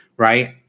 Right